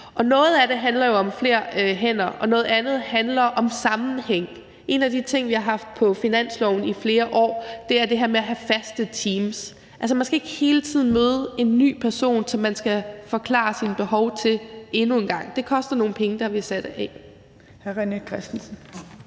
noget af det handler jo om flere hænder, og noget andet handler om sammenhæng. En af de ting, vi har haft på finansloven i flere år, er det her med at have faste teams – altså at man ikke hele tiden skal møde en ny person, som man skal forklare sine behov til endnu en gang. Det koster nogle penge, og dem har vi sat af.